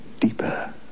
deeper